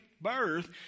birth